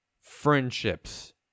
friendships